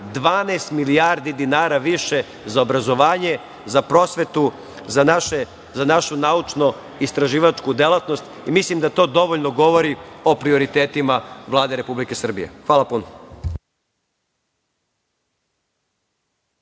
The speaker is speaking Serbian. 12 milijardi dinara više za obrazovanje, za prosvetu, za našu naučno-istraživačku delatnost i mislim da to dovoljno govori o prioritetima Vlade Republike Srbije. Hvala puno.